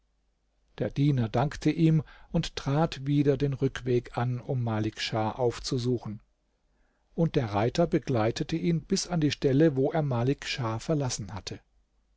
der diener dankte ihm und trat wieder den rückweg an um malik schah aufzusuchen und der reiter begleitete ihn bis an die stelle wo er malik schah verlassen hatte